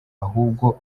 ahubwo